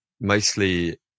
Mostly